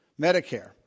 Medicare